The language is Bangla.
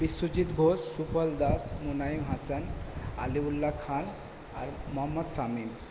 বিশ্বজিত ঘোষ সুপল দাস মুয়ায়েব হাসান আলিউল্লা খান আর মহম্মদ শামিম